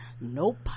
Nope